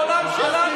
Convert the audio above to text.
לפי תפיסת העולם שלנו.